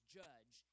judge